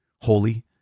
holy